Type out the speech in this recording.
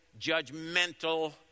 judgmental